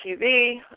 TV